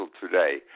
today